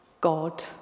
God